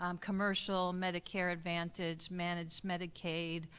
um commercial, medicare advantage, manage medicaid,